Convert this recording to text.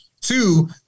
two